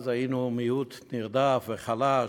אז היינו מיעוט נרדף וחלש,